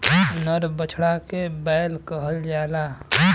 नर बछड़ा के बैल कहल जाला